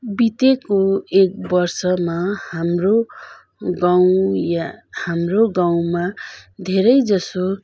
बितेको एक वर्षमा हाम्रो गाउँ या हाम्रो गाउँमा धेरैजसो